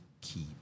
keep